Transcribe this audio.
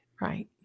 Right